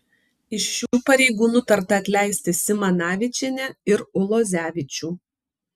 iš šių pareigų nutarta atleisti simanavičienę ir ulozevičių